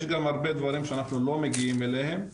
יש גם הרבה דברים שאנחנו לא מגיעים אליהם.